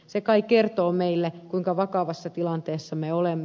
se kai kertoo meille kuinka vakavassa tilanteessa me olemme